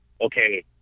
okay